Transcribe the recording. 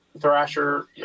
Thrasher